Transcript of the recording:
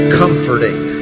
comforting